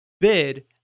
bid